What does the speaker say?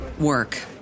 work